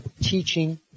teaching